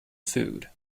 food